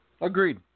Agreed